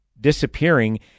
disappearing